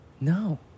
No